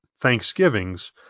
Thanksgivings